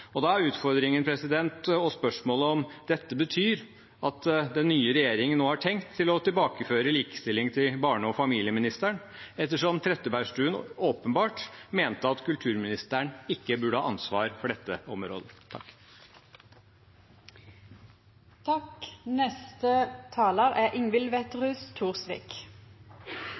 Da er utfordringen og spørsmålet om dette betyr at den nye regjeringen nå har tenkt å tilbakeføre likestilling til barne- og familieministeren, ettersom Trettebergstuen åpenbart mente at kulturministeren ikke burde ha ansvar for dette området.